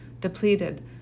depleted